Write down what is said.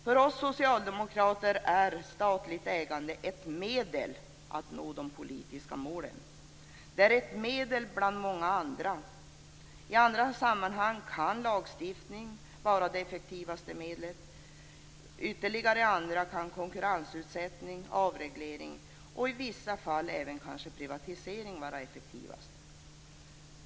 För oss socialdemokrater är statligt ägande ett medel att nå de politiska målen. Det är ett medel bland många andra. I vissa sammanhang kan lagstiftning vara det effektivaste medlet, i andra kan det vara konkurrensutsättning och avreglering. I ytterligare andra fall kan kanske även privatisering vara effektivast.